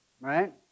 right